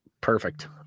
perfect